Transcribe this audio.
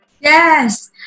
Yes